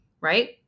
right